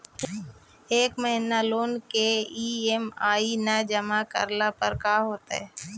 एक महिना लोन के ई.एम.आई न जमा करला पर का होतइ?